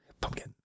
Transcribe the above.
Pumpkin